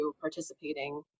participating